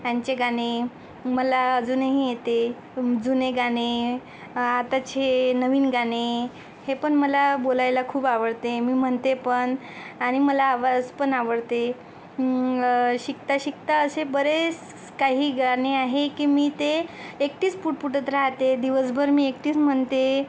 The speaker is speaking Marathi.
यांचे गाणे मला अजूनही येते जुने गाणे आताचे नवीन गाणे हे पण मला बोलायला खूप आवडते मी म्हणते पण आणि मला आवाज पण आवडते शिकता शिकता असे बरेचसे काही गाणे आहे की मी ते एकटीच पुटपुटत राहाते दिवसभर मी एकटीच म्हणते